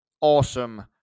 awesome